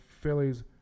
Phillies